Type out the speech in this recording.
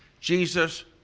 Jesus